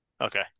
Okay